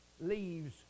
leaves